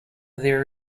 there